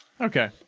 Okay